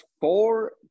four